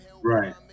right